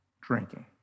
drinking